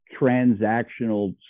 transactional